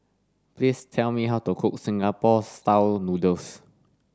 please tell me how to cook Singapore style noodles